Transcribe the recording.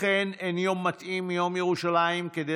אכן אין יום מתאים מיום ירושלים כדי